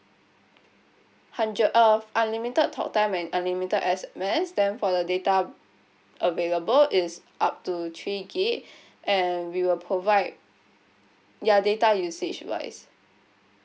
hundred uh unlimited talk time and unlimited S_M_S then for the data available is up to three gig and we will provide ya data usage wise